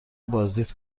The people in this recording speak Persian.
بازدید